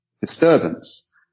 disturbance